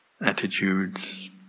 attitudes